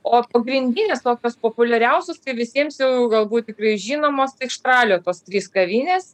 o pagrindinės tokios populiariausios tai visiems jau galbūt tikrai žinomos tai štralio tos trys kavinės